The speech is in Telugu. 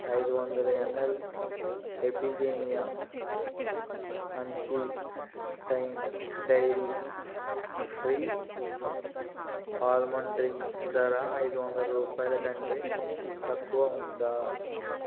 ఐదు వందలు ML Epigamia unsweetened dairy free almond drink ధర ఐదు వందలు రూపాయలకంటే తక్కువ ఉందా